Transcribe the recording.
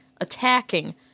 attacking